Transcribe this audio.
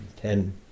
Ten